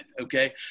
Okay